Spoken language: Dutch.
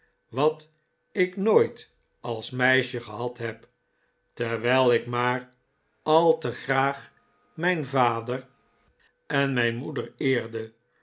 wat ik nooit als meisje gehad heb terwijl ik maar al te graag mijn vader en mijn moeder eerde